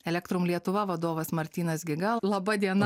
elektrum lietuva vadovas martynas giga laba diena